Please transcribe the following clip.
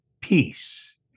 peace